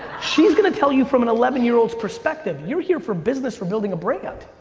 she's gonna tell you from an eleven year old's perspective. you're here for business for building a brand.